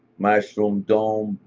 mushroom dome,